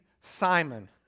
Simon